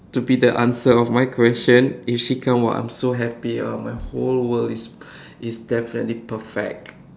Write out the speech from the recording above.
to be the answer of my question if she come !wah! I'm so happy ah my whole world is is definitely perfect